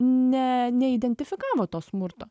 ne neidentifikavo to smurto